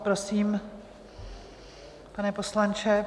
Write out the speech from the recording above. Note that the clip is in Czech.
Prosím, pane poslanče.